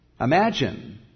Imagine